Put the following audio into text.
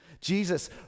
Jesus